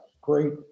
great